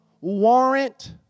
warrant